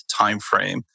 timeframe